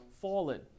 fallen